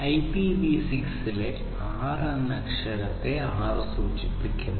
IPv6 ലെ 6 എന്ന അക്ഷരത്തെ 6 സൂചിപ്പിക്കുന്നു